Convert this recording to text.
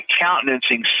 countenancing